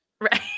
Right